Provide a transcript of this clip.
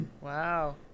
Wow